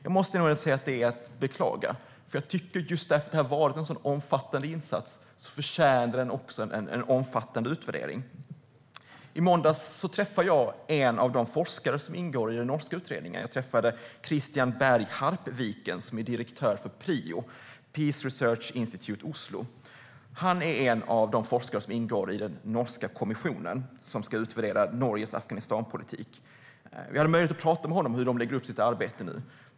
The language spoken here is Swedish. Jag måste säga att det är att beklaga, för jag tycker att eftersom det här har varit en sådan omfattande insats förtjänar den också en omfattande utvärdering. I måndags träffade jag en av de forskare som ingår i den norska utredningen. Jag träffade Kristian Berg Harpviken, som är direktör för Prio, Peace Research Institute Oslo. Han är en av de forskare som ingår i den norska kommissionen som ska utvärdera Norges Afghanistanpolitik. Jag hade möjlighet att tala med honom om hur de lägger upp sitt arbete.